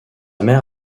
mère